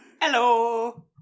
Hello